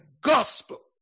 gospel